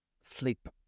sleep